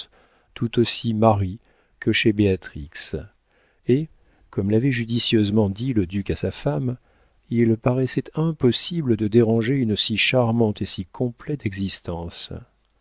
tout aussi mari que chez béatrix et comme l'avait judicieusement dit le duc à sa femme il paraissait impossible de déranger une si charmante et si complète existence